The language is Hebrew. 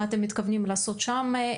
מה אתם מתכוונים לעשות שם,